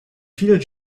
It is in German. vielen